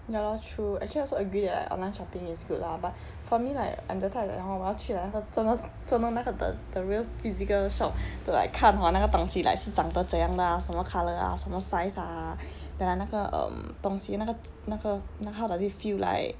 ya lor true actually I also agree that like online shopping is good lah but for me like I'm the type that hor 我要去 like 那个真的真的那个 the the real physical shop to like 看 hor 那个东西 like 是长得怎样的 ah 什么 colour ah 什么 size ah then like 那个 um 东西那个那个 how does it feel like